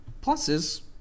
pluses